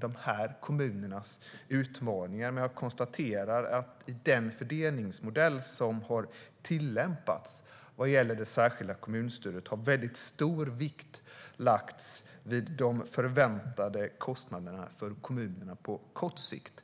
de här kommunernas utmaningar, herr talman, men i den fördelningsmodell som har tillämpats vad gäller det särskilda kommunstödet har väldigt stor vikt lagts vid de förväntade kostnaderna för kommunerna på kort sikt.